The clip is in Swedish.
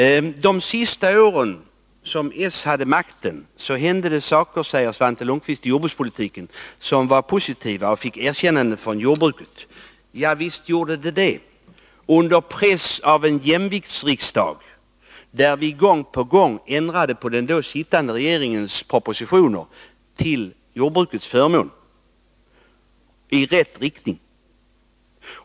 Under de sista åren som socialdemokraterna hade makten hände det saker i jordbrukspolitiken som var positiva och fick erkännande från jordbruket, säger Svante Lundkvist. Javisst — men det skedde under pressen från en jämviktsriksdag där vi gång på gång ändrade på den då sittande regeringens propositioner till jordbrukets förmån, i rätt riktning.